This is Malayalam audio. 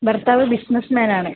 ഭർത്താവ് ബിസിനസ്സ്മാൻ ആണ്